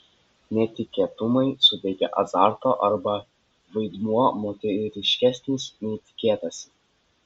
netikėtumai suteikia azarto arba vaidmuo moteriškesnis nei tikėtasi